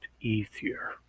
easier